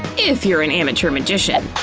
if you're an amateur magician.